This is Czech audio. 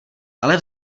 ale